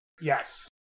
Yes